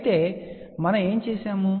అయితే మనము ఏమి చేసాము